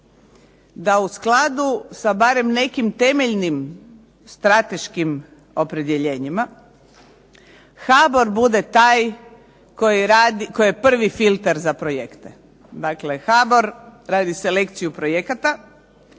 da u skladu sa barem nekim temeljnim strateškim opredjeljenjima HBOR bude taj koji je prvi filtar za projekte. Dakle, HBOR radi selekciju projekata